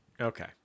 Okay